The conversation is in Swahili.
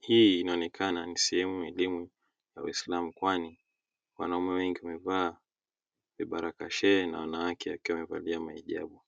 Hii inaonekana ni sehemu ya elimu ya uisalamu kwani wanaume wengi wamevaa vibaraka shehe na wanawake wakiwa wamevalia hijabu.